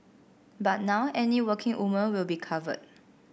but now any working woman will be covered